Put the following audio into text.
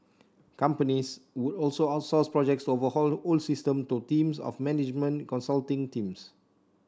companies would also outsource projects to overhaul old system to teams of management consulting teams